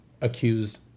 accused